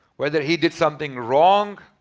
whether he did something wrong.